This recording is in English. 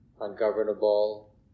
ungovernable